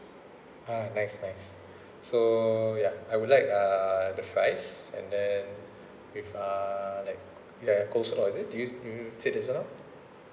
ah nice nice so ya I would like uh the fries and then with uh like you have coleslaw is it do you do you have as well